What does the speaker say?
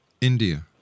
India